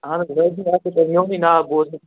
اَہن حظ یہِ حظ چھِ واقعی تۄہہِ میٛونُے ناو بوٗزمُت